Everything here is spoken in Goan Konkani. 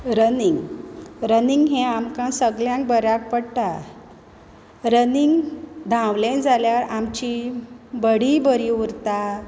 रनींग रनींग हें आमकां सगल्यांक बऱ्याक पडटा रनींग धावलें जाल्यार आमची बॉडीय बरी उरता